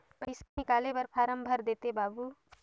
पइसा निकाले बर फारम भर देते बाबु?